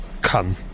Come